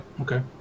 okay